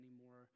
anymore